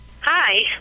Hi